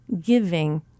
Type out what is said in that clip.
giving